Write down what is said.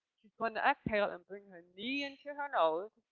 want to exhale and bring her knees into her nose.